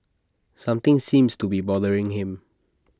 something seems to be bothering him